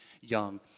young